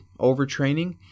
overtraining